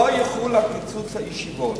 לא יחול הקיצוץ על הישיבות.